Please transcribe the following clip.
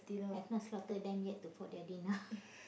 have not slaughtered them yet to for their dinner